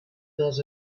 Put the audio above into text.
does